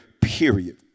period